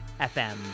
FM